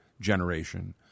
generation